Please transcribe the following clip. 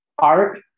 Art